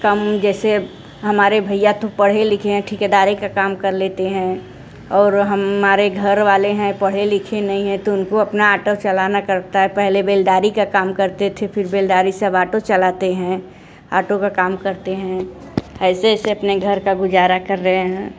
कम जैसे हमारे भैया तो पढ़े लिखे हैं ठीकेदारी का काम कर लेते हैं और हमारे घर वाले हैं पढ़े लिखे नहीं है तो उनको अपना आटो चलाना करता है पहले बेलदारी का काम करते थे फिर बेलदारी से अब आटो चलाते हैं आटो का काम करते हैं ऐसे ऐसे अपने घर का गुजारा कर रहे हैं